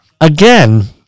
again